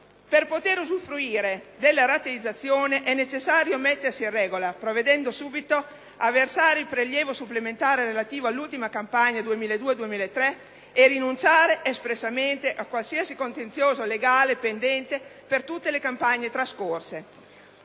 «Per poter usufruire della rateizzazione è necessario mettersi in regola, provvedendo subito a versare il prelievo supplementare relativo all'ultima campagna 2002-2003 e rinunciare espressamente a qualsiasi contenzioso legale pendente per tutte le campagne trascorse».